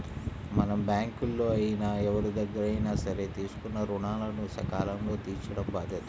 మనం బ్యేంకుల్లో అయినా ఎవరిదగ్గరైనా సరే తీసుకున్న రుణాలను సకాలంలో తీర్చటం బాధ్యత